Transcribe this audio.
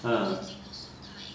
!huh!